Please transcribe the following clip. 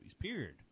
period